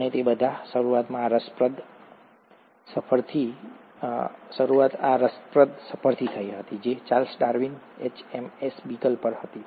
અને તે બધાની શરૂઆત આ રસપ્રદ સફરથી થઈ હતી જે ચાર્લ્સ ડાર્વિને HMS બીગલ પર લીધી હતી